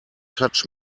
touch